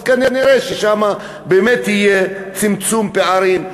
כנראה שם באמת יהיה צמצום פערים,